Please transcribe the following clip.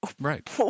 Right